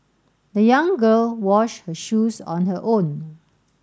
the young girl washed her shoes on her own